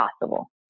possible